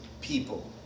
people